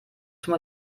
zum